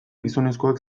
gizonezkoak